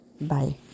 Bye